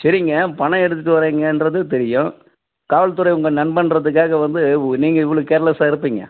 சரிங்க பணம் எடுத்துகிட்டு வர்றீங்கன்றது தெரியும் காவல்துறை உங்கள் நண்பன்றதுக்காக வந்து நீங்கள் இவ்வளோ கேர்லஸ்ஸாக இருப்பீங்க